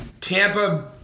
Tampa